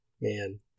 man